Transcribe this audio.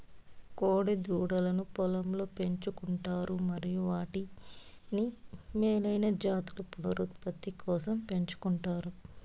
కోడె దూడలను పొలంలో పెంచు కుంటారు మరియు వాటిని మేలైన జాతుల పునరుత్పత్తి కోసం పెంచుకుంటారు